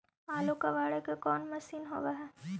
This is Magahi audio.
आलू कबाड़े के कोन मशिन होब है?